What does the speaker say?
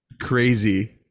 Crazy